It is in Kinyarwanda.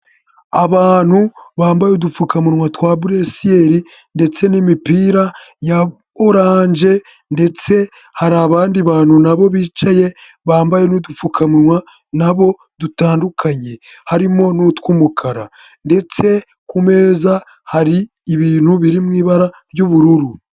Abantu bambaye udupfukamunwa twa buresiyeri ndetse n'imipira ya orange ndetse hari abandi bantu na bo bicaye bambaye n'udupfukamunwa na bo dutandukanye harimo n'utw'umukara ndetse ku meza hari ibintu biri mu ibara ry'ubururu.